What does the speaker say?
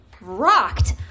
rocked